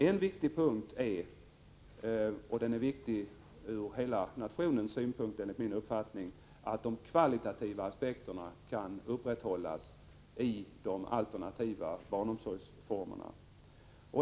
En viktig punkt är — och den är enligt min uppfattning viktig för hela nationen — att de kvalitativa aspekterna kan upprätthållas i de alternativa barnomsorgsformerna.